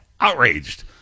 outraged